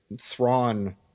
Thrawn –